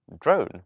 drone